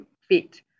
fit